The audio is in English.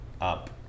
up